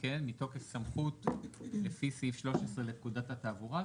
מתוקף סמכות לפי סעיף 13 לפקודת התעבורה,